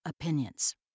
opinions